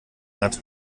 hat